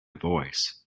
voice